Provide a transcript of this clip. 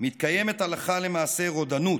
מתקיימת הלכה למעשה רודנות.